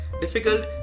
difficult